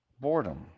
boredom